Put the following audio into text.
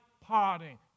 parting